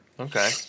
Okay